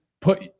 put